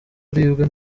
uribwa